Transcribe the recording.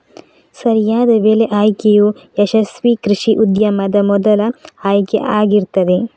ಸರಿಯಾದ ಬೆಳೆ ಆಯ್ಕೆಯು ಯಶಸ್ವೀ ಕೃಷಿ ಉದ್ಯಮದ ಮೊದಲ ಆಯ್ಕೆ ಆಗಿರ್ತದೆ